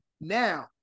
Now